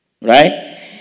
right